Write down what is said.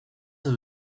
have